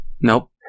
Nope